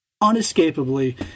unescapably